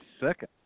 second